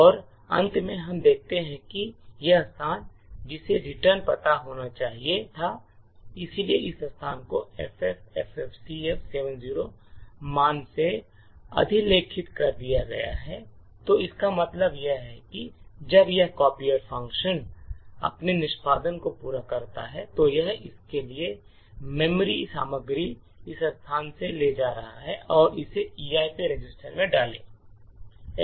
और अंत में हम देखते हैं कि यह स्थान जिसे रिटर्न पता होना चाहिए था इसलिए इस स्थान को FFFFCF70 मान से अधिलेखित कर दिया गया है तो इसका मतलब यह है कि जब यह कापियर फ़ंक्शन अपने निष्पादन को पूरा करता है तो यह इसके लिए मेमोरी सामग्री इस स्थान से लेने जा रहा है और इसे EIP रजिस्टर में डालें